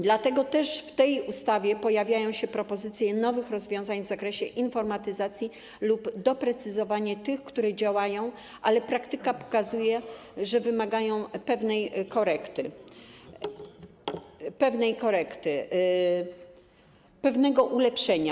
Dlatego też w tej ustawie pojawiają się propozycje nowych rozwiązań w zakresie informatyzacji lub doprecyzowanie tych, które działają, ale praktyka pokazuje, że wymagają pewnej korekty, pewnego ulepszenia.